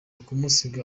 kumusiga